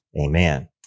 amen